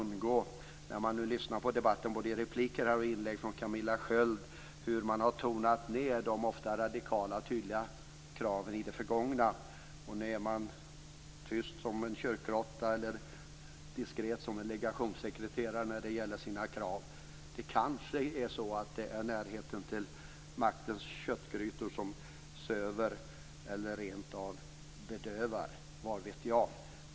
När jag lyssnar på både repliker och inlägg från Camilla Sköld kan jag inte undgå att höra hur man har tonat ned de ofta radikala och tydliga kraven i det förgångna. Nu är man tyst som en kyrkråtta eller diskret som en legationssekreterare när det gäller sina krav. Det kanske är så att det är närheten till maktens köttgrytor som söver eller rent av bedövar, vad vet jag?